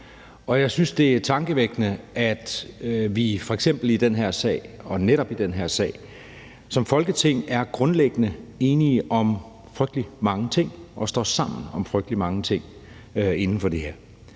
Jeg synes, det er tankevækkende, at vi f.eks. i den her sag og netop i den her sag som Folketing grundlæggende er enige om frygtelig mange ting og står sammen om frygtelig mange ting inden for det her.